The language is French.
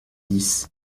dix